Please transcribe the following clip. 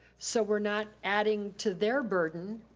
so we're not adding to their burden.